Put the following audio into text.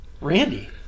randy